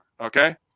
okay